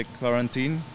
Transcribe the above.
quarantine